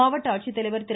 மாவட்ட ஆட்சித்தலைவர் திரு